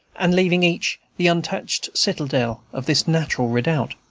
and leaving each the untouched citadel of this natural redoubt.